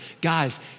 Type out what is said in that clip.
Guys